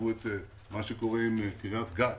תראו את מה שקורה עם קריית-גת.